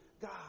God